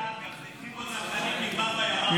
אני אגיד לך --- הוא התחיל בצנחנים וגמר בימ"מ.